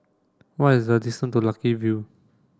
what is the distance to Lucky View